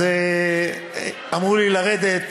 אמרו לי לרדת.